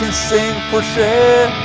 sing for shit